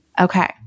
Okay